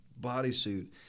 bodysuit